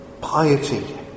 Piety